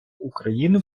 україни